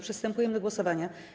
Przystępujemy do głosowania.